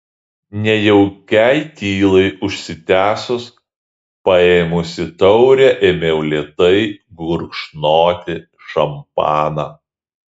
nejaukiai tylai užsitęsus paėmusi taurę ėmiau lėtai gurkšnoti šampaną